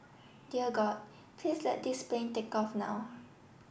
dear God please let this plane take off now